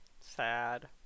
Sad